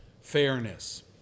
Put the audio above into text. fairness